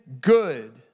good